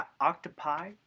octopi